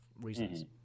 reasons